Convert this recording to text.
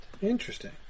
Interesting